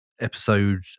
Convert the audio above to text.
episode